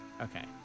Okay